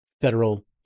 federal